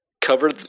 cover